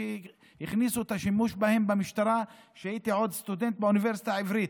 כשהכניסו את השימוש בהן במשטרה הייתי עדיין סטודנט באוניברסיטה העברית,